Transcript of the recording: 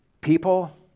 people